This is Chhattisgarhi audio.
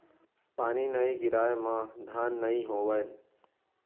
पानी नइ गिरय म धान नइ होवय